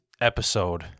episode